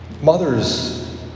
mothers